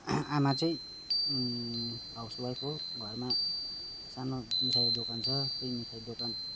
आमा चाहिँ हाउसवाइफ हो घरमा सानो मिठाईको दोकान छ त्यही मिठाई दोकान